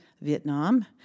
Vietnam